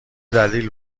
دلیل